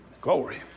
Glory